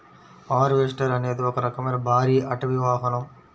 harvester అనేది ఒక రకమైన భారీ అటవీ వాహనం